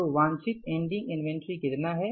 तो वांछित ending inventory कितना है